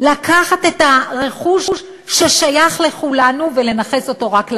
לקחת את הרכוש ששייך לכולנו ולנכס אותו רק להם?